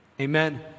amen